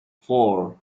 four